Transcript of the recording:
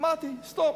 אמרתי: סטופ.